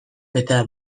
eta